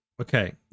Okay